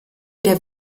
der